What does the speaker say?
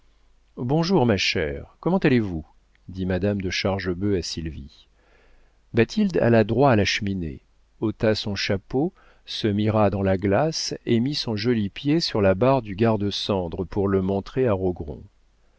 bonjour ma chère comment allez-vous dit madame de chargebœuf à sylvie bathilde alla droit à la cheminée ôta son chapeau se mira dans la glace et mit son joli pied sur la barre du garde-cendre pour le montrer à